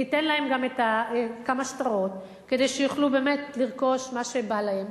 ניתן להם גם כמה שטרות כדי שיוכלו באמת לרכוש מה שבא להם.